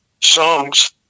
songs